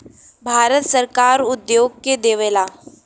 भारत सरकार उद्योग के देवऽला